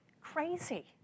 Crazy